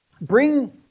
bring